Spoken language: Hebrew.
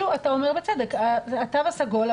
אתה אומר בצדק: התו הסגול,